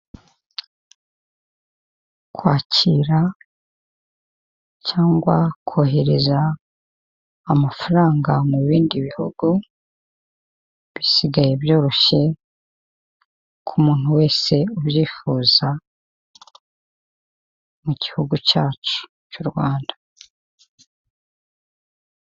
Kwakira cyangwa kohereza amafaranga mu bindi bihugu bisigaye byoroshye ku muntu wese ubyifuza mu gihugu cyacu cy'u Rwanda.